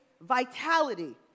vitality